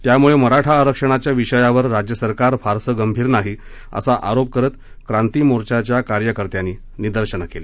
त्यामुळे मराठा आरक्षणाच्या विषयावर राज्य सरकार फारसं गंभीर नाही असा आरोप करत क्रांती मोर्चाच्या कार्यकर्त्यांनी निदर्शनं केली